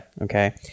Okay